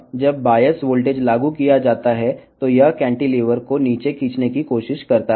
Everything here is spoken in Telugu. ఇప్పుడు బయాస్ వోల్టేజ్ వర్తించినప్పుడు అది కాంటిలివర్ను క్రిందికి లాగడానికి ప్రయత్నిస్తుంది